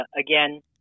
again